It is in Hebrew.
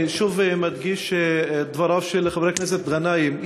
אני מדגיש שוב את דבריו של חבר הכנסת גנאים: